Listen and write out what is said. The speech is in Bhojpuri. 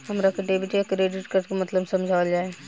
हमरा के डेबिट या क्रेडिट कार्ड के मतलब समझावल जाय?